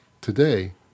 Today